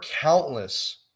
countless